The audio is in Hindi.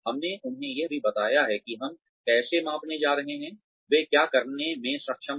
हमने उन्हें यह भी बताया है कि हम कैसे मापने जा रहे हैं वे क्या करने में सक्षम हैं